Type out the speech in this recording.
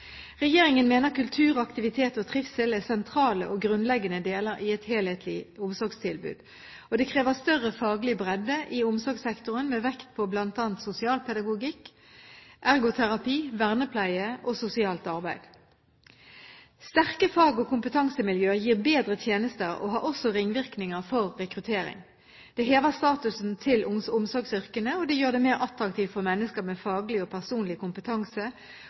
Regjeringen mener kultur, aktivitet og trivsel er sentrale og grunnleggende deler i et helhetlig omsorgstilbud. Det krever større faglig bredde i omsorgssektoren med vekt på bl.a. sosialpedagogikk, ergoterapi, vernepleie og sosialt arbeid. Sterke fag- og kompetansemiljø gir bedre tjenester og har også ringvirkninger for rekruttering. Det hever statusen til omsorgsyrkene og gjør det mer attraktivt for mennesker med faglig og personlig kompetanse